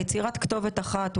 יצירת כתובת אחת,